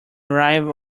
arrive